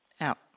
out